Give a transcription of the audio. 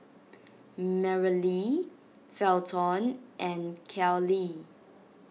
Merrilee Felton and Kellee